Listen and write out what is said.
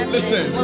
Listen